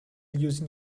using